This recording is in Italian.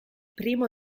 primo